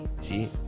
See